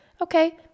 Okay